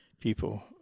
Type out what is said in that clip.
people